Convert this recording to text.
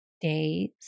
days